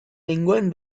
nengoen